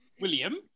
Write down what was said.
William